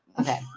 Okay